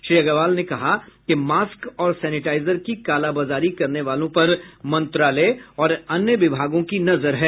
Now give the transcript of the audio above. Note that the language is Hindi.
श्री अग्रवाल ने कहा कि मास्क और सैनेटाइजर की कालाबाजारी करने वालों पर मंत्रालय और अन्य विभागों की नजर है